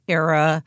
era